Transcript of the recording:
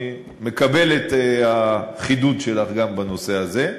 אני מקבל את החידוד שלך גם בנושא הזה.